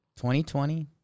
2020